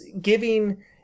giving